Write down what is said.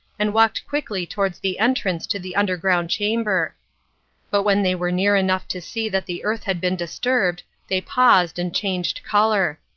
and walked quickly towards the entrance to the underground chamber but when they were near enough to see that the earth had been disturbed, they paused and changed colour.